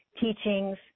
teachings